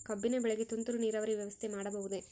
ಕಬ್ಬಿನ ಬೆಳೆಗೆ ತುಂತುರು ನೇರಾವರಿ ವ್ಯವಸ್ಥೆ ಮಾಡಬಹುದೇ?